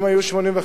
אם היו 85,000,